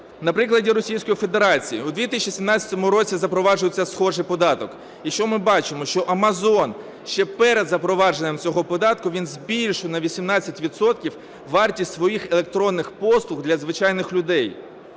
Федерації. У 2017 році запроваджується схожий податок. І що ми бачимо? Що Amazon ще перед запровадженням цього податку, він збільшив на 18 відсотків вартість своїх електронних послуг для звичайних людей.